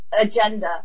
agenda